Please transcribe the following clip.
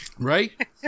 Right